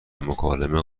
مکالمه